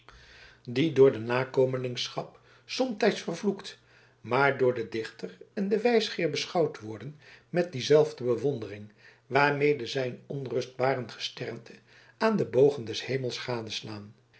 die door de nakomelingschap somtijds vervloekt maar door den dichter en den wijsgeer beschouwd worden met diezelfde bewondering waarmede zij een onrustbarend gesternte aan de bogen des hemels